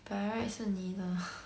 by right 是你的